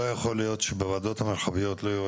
לא יכול להיות שבוועדות המרחביות לא יהיו